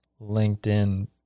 LinkedIn